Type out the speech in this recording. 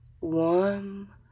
warm